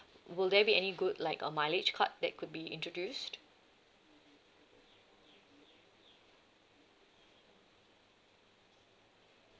will there be any good like uh mileage card that could be introduced